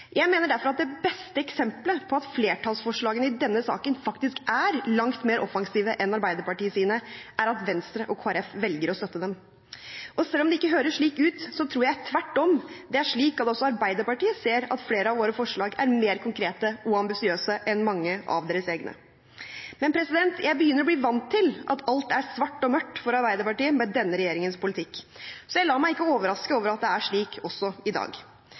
Jeg mener derfor at det beste eksemplet på at flertallsforslagene i denne saken faktisk er langt mer offensive enn Arbeiderpartiets, er at Venstre og Kristelig Folkeparti velger å støtte dem. Og selv om det ikke høres slik ut, tror jeg tvert om at også Arbeiderpartiet ser at flere av våre forslag er mer konkrete og ambisiøse enn mange av deres egne. Men jeg begynner å bli vant til at for Arbeiderpartiet er alt svart og mørkt med denne regjeringens politikk, så jeg lar meg ikke overraske over at det er slik også i dag.